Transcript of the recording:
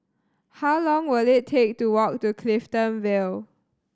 how long will it take to walk to Clifton Vale